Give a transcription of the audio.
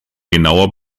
genauer